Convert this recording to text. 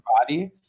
body